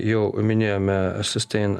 jau minėjome sustein